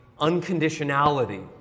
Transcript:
unconditionality